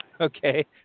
Okay